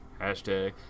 Hashtag